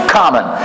common